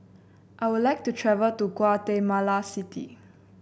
I would like to travel to Guatemala City